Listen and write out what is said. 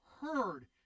heard